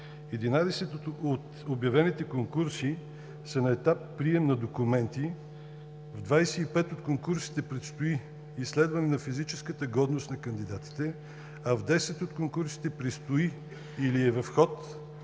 11 от обявените конкурси са на етап прием на документи, в 25 от конкурсите предстои изследване на физическата годност на кандидатите, а в 10 от конкурсите предстои или е в ход